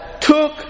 took